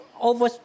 Over